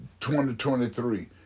2023